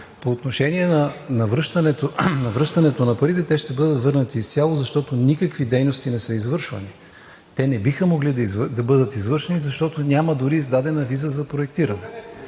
По отношение на връщането на парите, те ще бъдат върнати изцяло, защото никакви дейности не са извършвани. Те не биха могли да бъдат извършвани, защото дори няма издадена виза за проектиране.